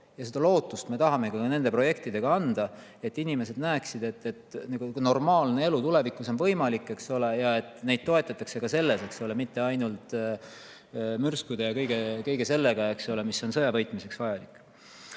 Seda lootust me tahamegi nende projektidega anda, et inimesed näeksid, et normaalne elu tulevikus on võimalik ja et neid toetatakse ka selles, mitte ainult mürskude ja kõige sellega, mis on sõja võitmiseks vajalik.